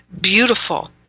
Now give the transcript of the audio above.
beautiful